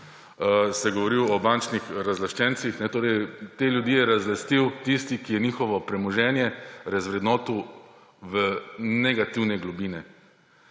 govoril o bančnih razlaščencih. Te ljudi je razlastil tisti, ki je njihovo premoženje razvrednotil v negativne globine.